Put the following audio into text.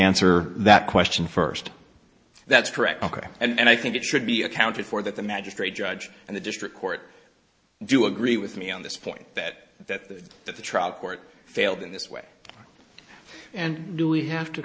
answer that question first that's correct ok and i think it should be accounted for that the magistrate judge and the district court do agree with me on this point that that that the trial court failed in this way and do we have to